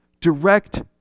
Direct